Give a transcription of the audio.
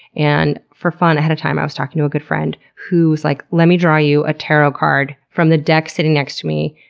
and for fun, i had a time i was talking to a good friend who was like, lemme draw you a tarot card from the deck sitting next to me.